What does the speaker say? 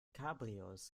cabrios